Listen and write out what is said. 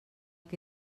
que